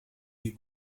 die